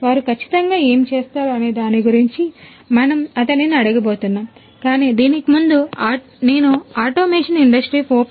వారు ఖచ్చితంగా ఏమి చేస్తారు అనే దాని గురించి మనం అతనిని అడగబోతున్నాం కానీ దీనికి ముందు నేను ఆటోమేషన్ ఇండస్ట్రీ 4